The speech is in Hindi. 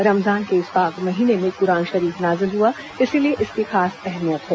रमजान के इस पाक महीने में कुरान शरीफ नाजिल हुआ था इसलिए इसकी खास अहमियत है